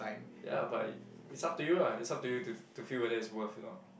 ya but it's up to you lah it's up to you to to feel whether it's worth or not